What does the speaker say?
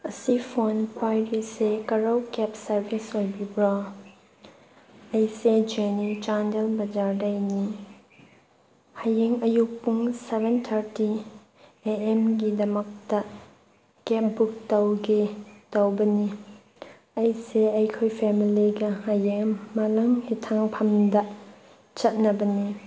ꯑꯁꯤ ꯐꯣꯟ ꯄꯥꯏꯔꯤꯁꯦ ꯀꯣꯔꯧ ꯀꯦꯞ ꯁꯔꯚꯤꯁ ꯑꯣꯏꯕꯤꯕ꯭ꯔꯣ ꯑꯩꯁꯦ ꯖꯦꯅꯤ ꯆꯥꯟꯗꯦꯜ ꯕꯖꯥꯔꯗꯩꯅꯤ ꯍꯌꯦꯡ ꯑꯌꯨꯛ ꯄꯨꯡ ꯁꯚꯦꯟ ꯊꯥꯔꯠꯇꯤ ꯑꯦ ꯑꯦꯝꯒꯤꯗꯃꯛꯇ ꯀꯦꯞ ꯕꯨꯛ ꯇꯧꯒꯦ ꯇꯧꯕꯅꯤ ꯑꯩꯁꯦ ꯑꯩꯈꯣꯏ ꯐꯦꯃꯤꯂꯤꯒ ꯍꯌꯦꯡ ꯃꯥꯂꯪ ꯍꯤꯊꯥꯡꯐꯝꯗ ꯆꯠꯅꯕꯅꯤ